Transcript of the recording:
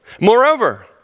Moreover